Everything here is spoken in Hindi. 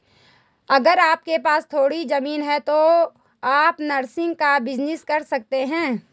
अगर आपके पास थोड़ी ज़मीन है तो आप नर्सरी का बिज़नेस कर सकते है